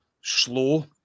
slow